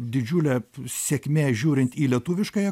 didžiulė sėkmė žiūrint į lietuviškąją